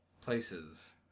places